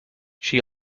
she